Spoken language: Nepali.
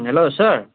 hello sir